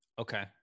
Okay